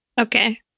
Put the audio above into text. Okay